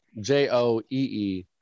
J-O-E-E